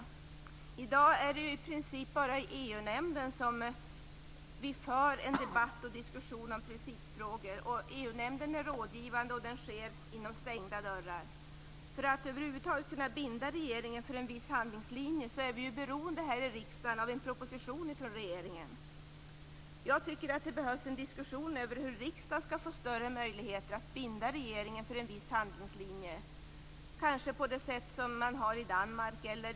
I dag är det i princip bara i EU nämnden som vi för en debatt om principfrågor. EU nämnden är rådgivande, och samrådet sker inom stängda dörrar. För att över huvud taget kunna binda regeringen vid en viss handlingslinje är vi i riksdagen beroende av en proposition från regeringen. Det behövs en diskussion över hur riksdagen skall få större möjligheter att binda regeringen för en viss handlingslinje. Kanske skall det vara på det sätt det sker i Danmark.